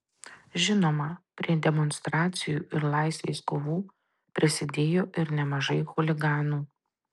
žinoma prie demonstracijų ir laisvės kovų prisidėjo ir nemažai chuliganų